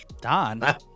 Don